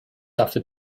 after